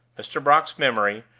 mr. brock's memory,